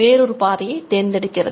வேறொரு பாதையை தேர்ந்தெடுக்கிறது